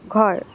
ঘৰ